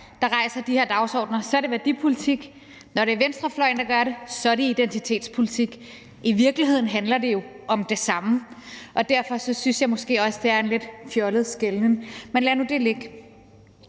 der rejser de her dagsordener, så er det værdipolitik; når det er venstrefløjen, der gør det, så er det identitetspolitik. I virkeligheden handler det jo om det samme, og derfor synes jeg måske også, det er en lidt fjollet skelnen. Men lad nu det ligge.